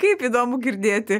kaip įdomu girdėti